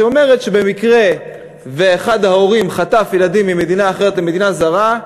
שאומרת שבמקרה שאחד ההורים חטף ילד ממדינה למדינה זרה,